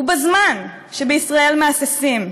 ובזמן שבישראל מהססים,